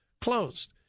Closed